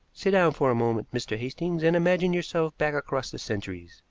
sit down for a moment, mr. hastings, and imagine yourself back across the centuries.